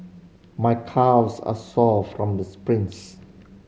my calves are sore from the sprints